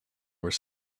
were